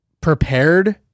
prepared